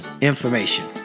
information